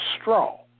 straw